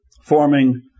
forming